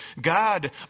God